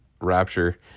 rapture